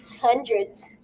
Hundreds